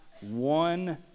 one